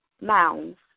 mounds